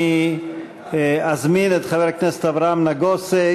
אני אזמין את חבר הכנסת אברהם נגוסה.